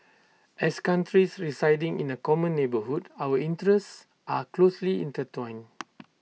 as countries residing in A common neighbourhood our interests are closely intertwined